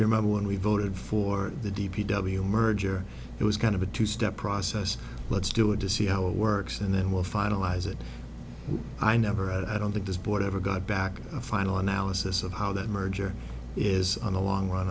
you remember when we voted for the d p w merger it was kind of a two step process let's do it to see how it works and then we'll finalize it i never i don't think this board ever got back a final analysis of how that merger is on a long run